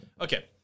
Okay